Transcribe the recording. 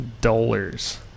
dollars